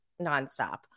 nonstop